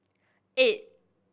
eight